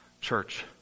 Church